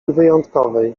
wyjątkowej